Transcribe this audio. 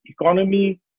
economy